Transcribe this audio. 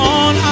on